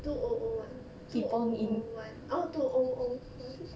two O O one two O O one oh two O O one